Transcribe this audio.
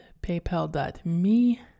paypal.me